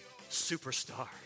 superstar